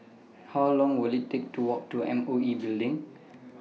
How Long Will IT Take to Walk to M O E Building